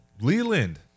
Leland